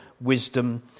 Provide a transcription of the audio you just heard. wisdom